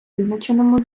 визначеному